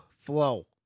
flow